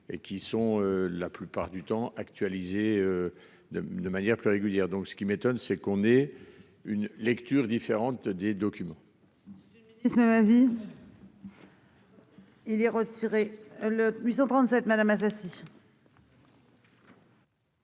et qui sont la plupart du temps actualisé. De, de manière plus régulière. Donc ce qui m'étonne c'est qu'on ait une lecture différente des documents.